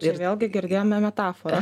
ir vėlgi girdėjome metaforą